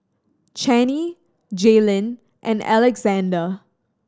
Channie Jaelynn and Alexandr